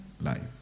life